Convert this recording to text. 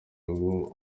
uwo